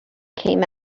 came